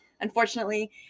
Unfortunately